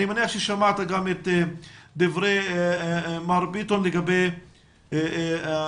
אני מניח ששמעת גם את דברי מר ביטון לגבי לא